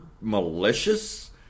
malicious